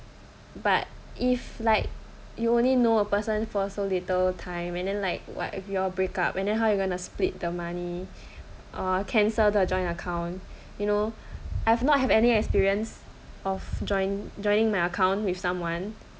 but if like you only know a person for so little time and then like what if you all break up and then how you gonna split the money uh cancel the joint account you know I've not have any experience of join joining my account with someone